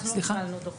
אנחנו לא קיבלנו דוחות.